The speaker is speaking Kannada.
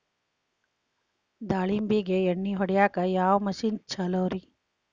ದಾಳಿಂಬಿಗೆ ಎಣ್ಣಿ ಹೊಡಿಯಾಕ ಯಾವ ಮಿಷನ್ ಛಲೋರಿ?